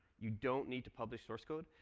you don't need to publish source code.